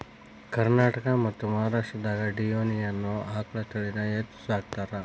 ಕರ್ನಾಟಕ ಮತ್ತ್ ಮಹಾರಾಷ್ಟ್ರದಾಗ ಡಿಯೋನಿ ಅನ್ನೋ ಆಕಳ ತಳಿನ ಹೆಚ್ಚ್ ಸಾಕತಾರ